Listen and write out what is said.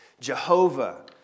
Jehovah